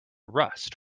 rust